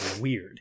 weird